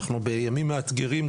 אנחנו בימים מאתגרים,